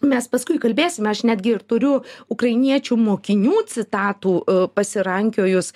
mes paskui kalbėsime aš netgi ir turiu ukrainiečių mokinių citatų pasirankiojus